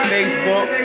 Facebook